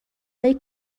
های